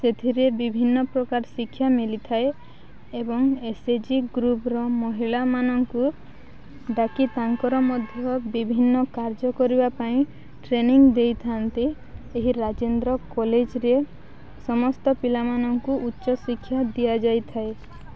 ସେଥିରେ ବିଭିନ୍ନ ପ୍ରକାର ଶିକ୍ଷା ମିଳିଥାଏ ଏବଂ ଏସ୍ ଏଚ୍ ଜି ଗ୍ରୁପ୍ର ମହିଳାମାନଙ୍କୁ ଡ଼ାକି ତାଙ୍କର ମଧ୍ୟ ବିଭିନ୍ନ କାର୍ଯ୍ୟ କରିବା ପାଇଁ ଟ୍ରେନିଂ ଦେଇଥାନ୍ତି ଏହି ରାଜେନ୍ଦ୍ର କଲେଜ୍ରେ ସମସ୍ତ ପିଲାମାନଙ୍କୁ ଉଚ୍ଚ ଶିକ୍ଷା ଦିଆଯାଇଥାଏ